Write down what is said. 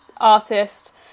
artist